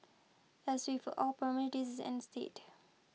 as with all these is ans date